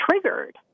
triggered